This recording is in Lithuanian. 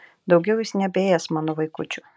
daugiau jis nebeės mano vaikučių